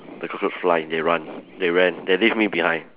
the cockroach fly and they run they ran then leave me behind